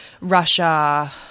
Russia